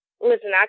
Listen